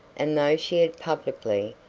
and though she had publicly,